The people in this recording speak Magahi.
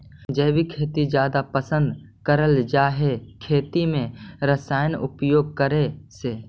जैविक खेती जादा पसंद करल जा हे खेती में रसायन उपयोग करे से